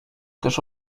też